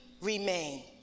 remain